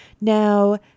Now